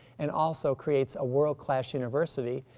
and also creates a world class university,